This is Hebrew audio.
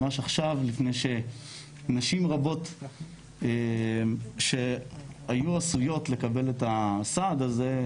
ממש עכשיו לפני שנשים רבות שהיו עשויות לקבל את הסעד הזה,